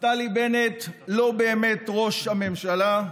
נפתלי בנט לא באמת ראש הממשלה,